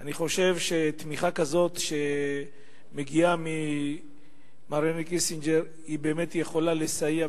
אני חושב שתמיכה כזאת שמגיעה ממר הנרי קיסינג'ר באמת יכולה לסייע